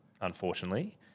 unfortunately